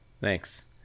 Thanks